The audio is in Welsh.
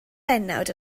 bennawd